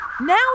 Now